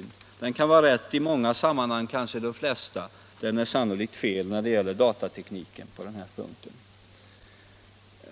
Den syn utskottet har kan vara rätt i många sammanhang, kanske i de flesta, men är sannolikt fel när det gäller datatekniken på den här punkten.